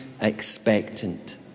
expectant